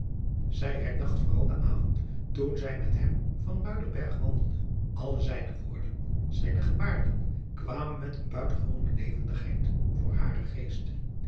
zij herdacht vooral den avond toen zij met hem van muiderberg wandelde alle zijne woorden zijne gebaarden kwamen met eene buitengewone levendigheid voor haren geest